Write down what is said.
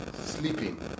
sleeping